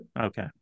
okay